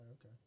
Okay